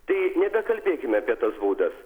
tai nebekalbėkime apie tas būdas